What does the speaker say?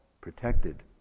protected